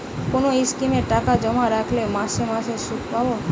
কোন স্কিমে টাকা জমা রাখলে মাসে মাসে সুদ পাব?